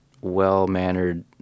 well-mannered